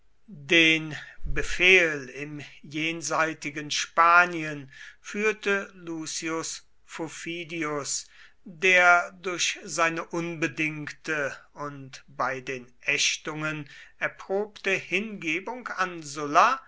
den befehl im jenseitigen spanien führte lucius fufidius der durch seine unbedingte und bei den ächtungen erprobte hingebung an sulla